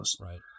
Right